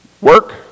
work